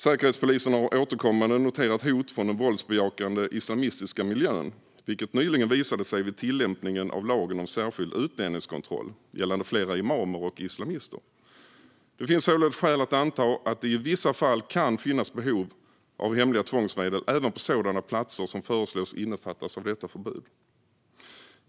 Säkerhetspolisen har återkommande noterat hot från den våldsbejakande islamistiska miljön, vilket nyligen visade sig vid tillämpningen av särskild utlänningskontroll gällande flera imamer och islamister. Det finns således skäl att anta att det i vissa fall kan finnas behov av hemliga tvångsmedel även på sådana platser som föreslås omfattas av detta förbud.